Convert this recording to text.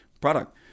product